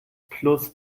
plus